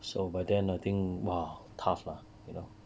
so but then I think !wah! tough lah you know